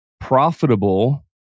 profitable